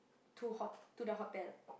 to hot~ to the hotel